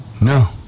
No